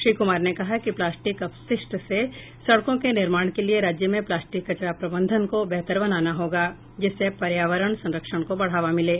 श्री कुमार ने कहा कि प्लास्टिक अपशिष्ट से सड़कों के निर्माण के लिये राज्य में प्लास्टिक कचरा प्रबंधन को बेहतर बनाना होगा जिससे पर्यावरण संरक्षण को बढ़ावा मिले